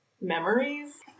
memories